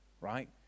Right